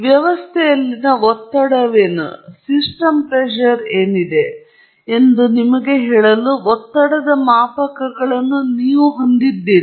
ವ್ಯವಸ್ಥೆಯಲ್ಲಿನ ಒತ್ತಡವೇನು ಎಂದು ನಿಮಗೆ ಹೇಳಲು ಒತ್ತಡದ ಮಾಪಕಗಳನ್ನು ನೀವು ಹೊಂದಿದ್ದೀರಿ